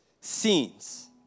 scenes